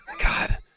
God